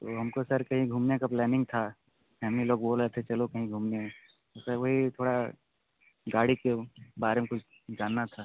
और हम को सर कहीं घूमने का प्लैनिंग था फ़ैमिली लोग बोल रहे थे चलो कहीं घूमने उसे वही थोड़ा गाड़ी के बारे में कुछ जानना था